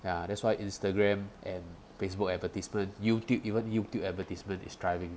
ya that's why Instagram and Facebook advertisement YouTube even YouTube advertisement describing